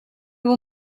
will